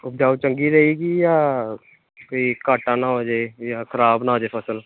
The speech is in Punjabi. ਉਪਜਾਊ ਚੰਗੀ ਰਹੀ ਜੀ ਜਾਂ ਕੋਈ ਘਾਟਾ ਨਾ ਹੋ ਜੇ ਜਾਂ ਖ਼ਰਾਬ ਨਾ ਹੋ ਜੇ ਫ਼ਸਲ